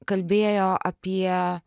kalbėjo apie